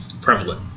Prevalent